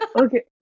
Okay